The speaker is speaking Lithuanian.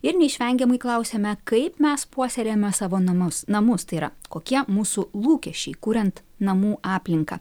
ir neišvengiamai klausiame kaip mes puoselėjame savo namus namus tai yra kokie mūsų lūkesčiai kuriant namų aplinką